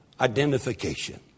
identification